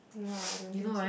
no lah I don't think so